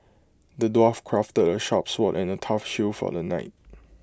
the dwarf crafted A sharp sword and A tough shield for the knight